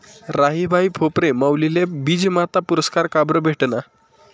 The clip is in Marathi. राहीबाई फोफरे माउलीले बीजमाता पुरस्कार काबरं भेटना?